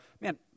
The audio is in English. man